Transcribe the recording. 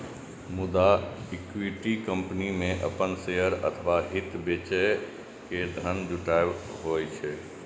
मुदा equity company मे अपन शेयर अथवा हित बेच के धन जुटायब होइ छै